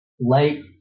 late